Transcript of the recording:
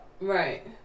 Right